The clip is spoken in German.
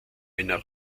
einer